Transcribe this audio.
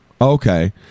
Okay